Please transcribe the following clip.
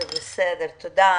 זה בסדר, תודה.